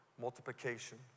multiplication